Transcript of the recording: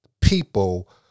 People